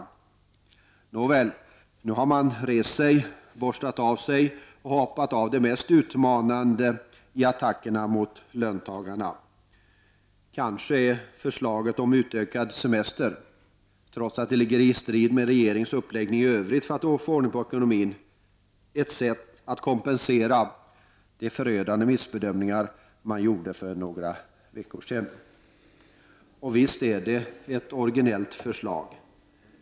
Nåväl, nu har man rest sig, borstat av sig och hoppat av de mest utmanande attackerna mot de svenska löntagarna. Kanske är förslaget om utökad semester — trots att det står i strid med regeringens uppläggning i övrigt för att få ordning på ekonomin — ett sätt att kompensera de förödande missbedömningar man gjorde för några veckor sedan. Visst är det ett originellt förslag.